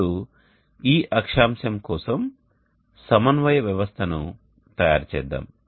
ఇప్పుడు ఈ అక్షాంశం కోసం సమన్వయ వ్యవస్థను తయారు చేద్దాం